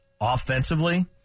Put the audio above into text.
offensively